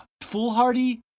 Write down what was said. foolhardy